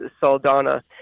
Saldana